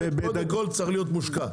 זה צריך להיות מושקע.